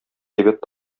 әйбәт